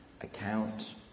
account